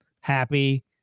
happy